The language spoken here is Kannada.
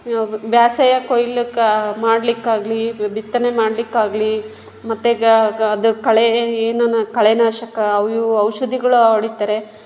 ಬೇಸಾಯ ಕೊಯ್ಲು ಕ ಮಾಡ್ಲಿಕ್ಕಾಗಲಿ ಬಿತ್ತನೆ ಮಾಡ್ಲಿಕ್ಕಾಗಲಿ ಮತ್ತು ಗ ಗ ಅದ್ರ ಕಳೆ ಏನೂ ಕಳೆನಾಶಕ ಅವು ಇವು ಔಷಧಿಗಳು ಹೊಡೀತಾರೆ